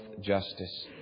justice